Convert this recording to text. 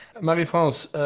Marie-France